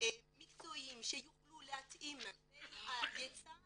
מקצועיים שיוכלו להתאים בין ההיצע